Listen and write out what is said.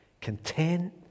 Content